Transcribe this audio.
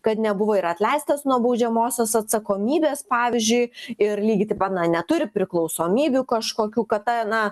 kad nebuvo ir atleistas nuo baudžiamosios atsakomybės pavyzdžiui ir lygiai taip pat na neturi priklausomybių kažkokių kad ta na